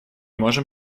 можем